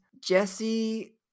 jesse